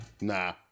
nah